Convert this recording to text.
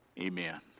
Amen